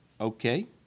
Okay